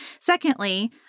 Secondly